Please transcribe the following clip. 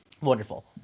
Wonderful